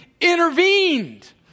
intervened